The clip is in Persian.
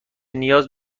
نیاز